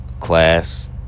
Class